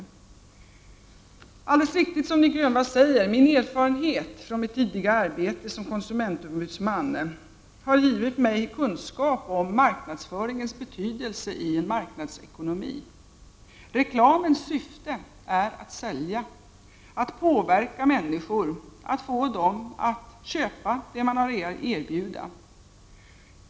Det är alldeles riktigt som Nic Grönvall säger, nämligen att min erfarenhet från arbetet som konsumentombudsman har givit mig kunskap om marknadsföringens betydelse i en marknadsekonomi. Reklamens syfte är att åstadkomma en försäljning, att påverka människor och att få människor att köpa det som någon har att erbjuda.